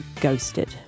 ghosted